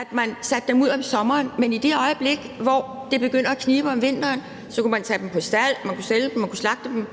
at man satte dem ud om sommeren, men i det øjeblik, hvor det begynder at knibe om vinteren, kunne man tage dem på stald, man kunne sælge dem, man kunne slagte dem.